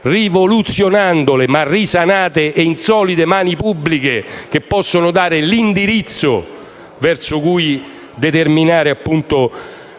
rivoluzionate, in solide mani pubbliche, che potrebbero dare l'indirizzo verso cui determinare